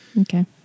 okay